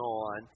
on